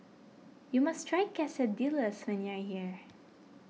you must try Quesadillas when you are here